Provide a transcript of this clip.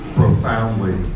profoundly